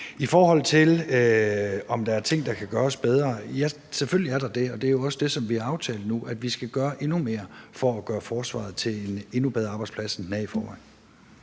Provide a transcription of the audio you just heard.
I forhold til om der er ting, der kan gøres bedre, vil jeg sige, at ja, selvfølgelig er der det, og det er jo også derfor, vi nu har aftalt, at vi skal gøre endnu mere for at gøre forsvaret til en endnu bedre arbejdsplads, end den er i forvejen.